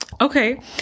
Okay